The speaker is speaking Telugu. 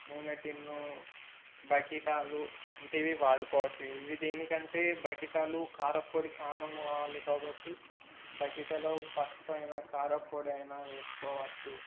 నూనె టిన్ను బకిటాలు వంటివి వాడుకోవచ్చు ఇవి దేనికి అంటే బకిటాలు కారప్పొడి చాలా కావాలి కాబట్టి బకెటాలలో పసుపైనా కారప్పొడైనా వేసుకోవచ్చు